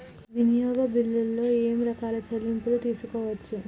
వినియోగ బిల్లులు ఏమేం రకాల చెల్లింపులు తీసుకోవచ్చు?